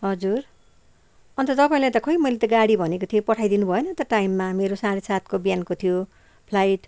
हजुर अन्त तपाईँलाई त खै मैले त गाडी भनेको थिएँ पठाइ दिनुभएन त टाइममा मेरो साढे सातको बिहानको थियो फ्लाइट